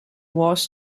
wars